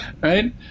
Right